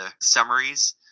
summaries